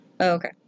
Okay